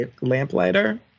Lamplighter